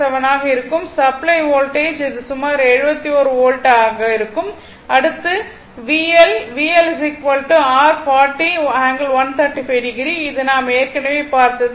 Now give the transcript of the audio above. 07 ஆக இருக்கும் supply voltage இது சுமார் 71 வோல்ட் அடுத்து r VL VL r 40 ∠135o இது நாம் ஏற்கனவே பார்த்தது